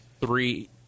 three